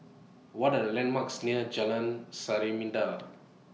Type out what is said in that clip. What Are The landmarks near Jalan Samarinda